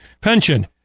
pension